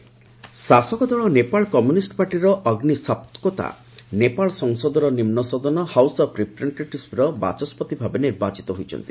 ନେପାଳ ସ୍ୱିକର୍ ଶାସକ ଦଳ ନେପାଳ କମ୍ୟୁନିଷ୍ଟ ପାର୍ଟିର ଅଗ୍ନି ସାପକୋତା ନେପାଳ ସଂସଦର ନିମ୍ବସଦନ ହାଉସ୍ ଅଫ୍ ରିପ୍ରେଜେଣ୍ଟାଟିଭିସ୍ର ବାଚସ୍କତି ଭାବେ ନିର୍ବାଚିତ ହୋଇଛନ୍ତି